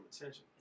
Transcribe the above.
attention